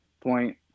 point